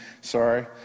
sorry